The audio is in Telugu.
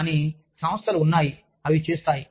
కానీ సంస్థలు ఉన్నాయి అవి చేస్తాయి